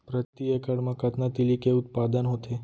प्रति एकड़ मा कतना तिलि के उत्पादन होथे?